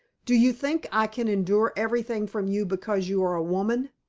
do you. think i can endure everything from you because you are a woman?